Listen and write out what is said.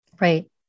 right